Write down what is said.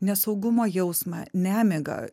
nesaugumo jausmą nemigą